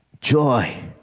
joy